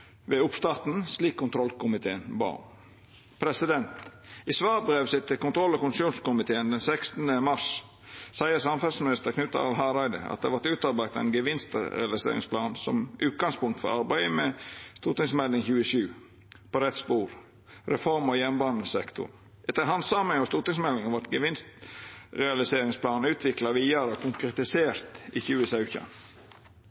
ved oppstarten, slik kontrollkomiteen bad om. I svarbrevet til kontroll- og konstitusjonskomiteen den 16. mars seier samferdselsminister Knut Arild Hareide at det vart utarbeidd ein gevinstrealiseringsplan som utgangspunkt for arbeidet med Meld. St. 27 for 2014–2015, På rett spor – reform av jernbanesektoren. Etter handsaming av stortingsmeldinga vart gevinstrealiseringsplanen utvikla vidare og